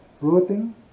Routing